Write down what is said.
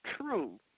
true